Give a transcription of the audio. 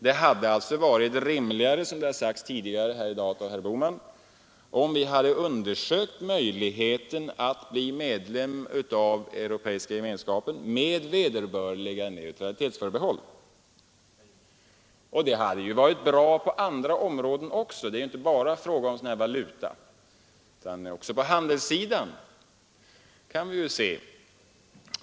Det hade, som herr Bohman tidigare i dag har sagt, varit rimligare om vi undersökt möjligheten att bli medlem i Europeiska gemenskapen med vederbörliga neutralitetsförbehåll. Det hade varit bra på andra områden också, t.ex. på handelssidan — det gäller ju inte bara valutorna.